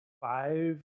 five